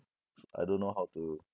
I don't know how to